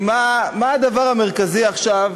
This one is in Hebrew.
היא: מה הדבר המרכזי עכשיו,